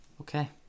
Okay